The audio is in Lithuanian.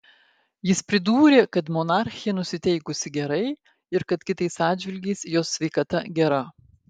jis pridūrė kad monarchė nusiteikusi gerai ir kad kitais atžvilgiais jos sveikata gera